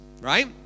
right